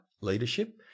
leadership